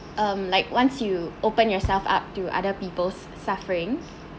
um like once you open yourself up to other people's sufferings